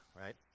right